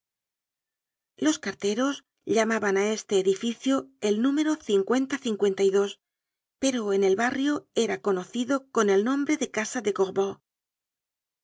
los carteros llamaban á este edificio el número pero en el barrio era conocido con el nombre de casa de